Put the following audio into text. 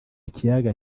kiyaga